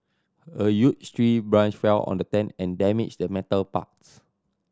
a huge tree branch fell on the tent and damaged the metal parts